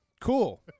cool